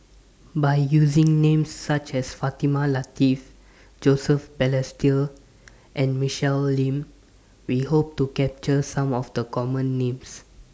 By using Names such as Fatimah Lateef Joseph Balestier and Michelle Lim We Hope to capture Some of The Common Names